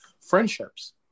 friendships